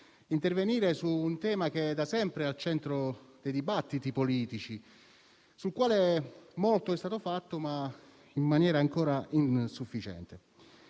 intervenire su un tema da sempre al centro dei dibattiti politici e su cui molto è stato fatto, anche se in maniera ancora insufficiente.